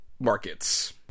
markets